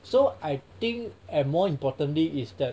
so I think and more importantly is that